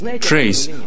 trace